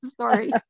sorry